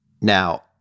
Now